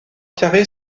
carrée